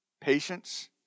patience